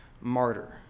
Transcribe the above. martyr